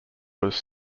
was